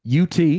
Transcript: UT